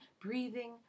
breathing